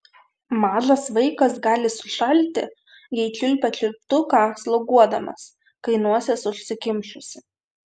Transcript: mažas vaikas gali sušalti jei čiulpia čiulptuką sloguodamas kai nosis užsikimšusi